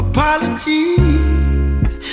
Apologies